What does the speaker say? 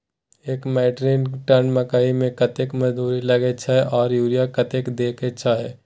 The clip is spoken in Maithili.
एक मेट्रिक टन मकई में कतेक मजदूरी लगे छै आर यूरिया कतेक देके छै?